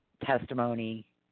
testimony